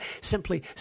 simply